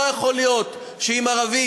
לא יכול להיות שאם ערבי,